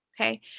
Okay